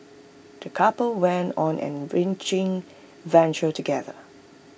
the couple went on an enriching adventure together